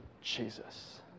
Jesus